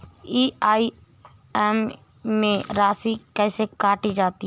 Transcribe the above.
EMI में राशि कैसे काटी जाती है?